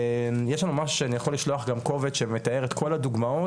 ויש לנו משהו שאני יכול לשלוח גם קובץ שמתאר את כל הדוגמאות,